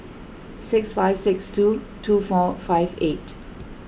six five six two two four five eight